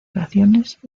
relaciones